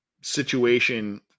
situation